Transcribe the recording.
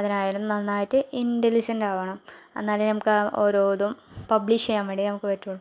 അതിനായാലും നന്നായിട്ട് ഇൻ്റലിജൻ്റാവണം എന്നാലേ നമുക്കാ ഓരോ ഇതും പബ്ലിഷ് ചെയ്യാൻ വേണ്ടി നമുക്ക് പറ്റുള്ളൂ